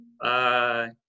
Bye